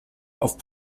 auf